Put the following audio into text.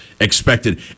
expected